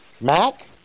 Mac